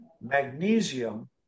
Magnesium